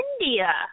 India